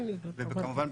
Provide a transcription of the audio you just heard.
וכמובן,